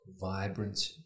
vibrant